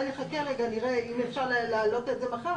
נחכה רגע ונראה אם אפשר להעלות את זה מחר.